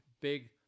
big